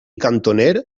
cantoner